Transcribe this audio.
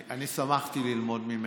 אני שמחתי ללמוד ממנו,